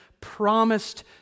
promised